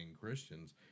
Christians